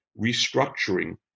restructuring